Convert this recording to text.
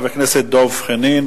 תודה לחבר הכנסת דב חנין.